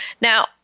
Now